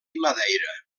madeira